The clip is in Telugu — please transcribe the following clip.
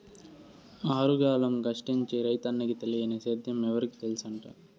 ఆరుగాలం కష్టించి రైతన్నకి తెలియని సేద్యం ఎవరికి తెల్సంట